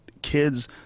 Kids